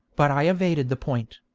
but i evaded the point.